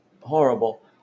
horrible